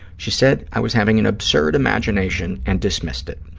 she said i was having an absurd imagination and dismissed it.